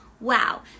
wow